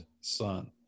son